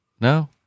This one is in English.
no